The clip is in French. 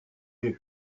les